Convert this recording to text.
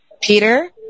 Peter